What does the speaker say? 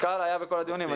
המנכ"ל היה בכל הדיונים.